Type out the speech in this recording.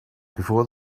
before